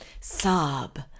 Sob